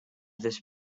this